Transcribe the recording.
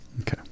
Okay